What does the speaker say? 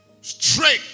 straight